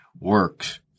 works